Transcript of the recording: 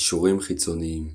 קישורים חיצוניים